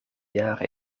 jaren